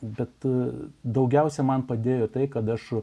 bet daugiausiai man padėjo tai kad aš